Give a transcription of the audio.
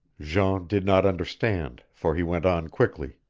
jean did not understand, for he went on quickly.